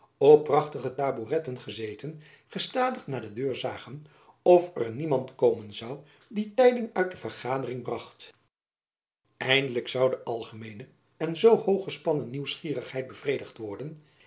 op prachtige taboeretten gezeten gestadig naar de deur zagen of er niemand komen zoû die tijding uit de vergadering bracht eindelijk zoû de algemeene en zoo hoog gespannen nieuwsgierigheid bevredigd worden